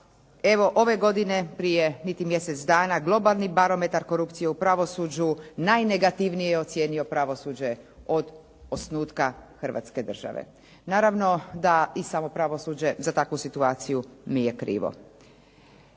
evo ove godine prije niti mjesec dana globalni barometar korupcije u pravosuđu najnegativnije je ocijenio pravosuđe od osnutka Hrvatske države. Naravno da i samo pravosuđe za takvu situaciju nije krivo